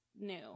new